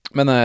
Men